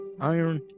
iron